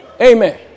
Amen